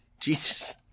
Jesus